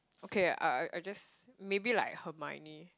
okay I I I just maybe like Hermione